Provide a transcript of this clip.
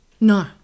No